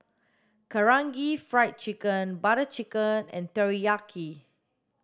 Karaage Fried Chicken Butter Chicken and Teriyaki